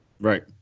Right